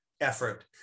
effort